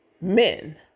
men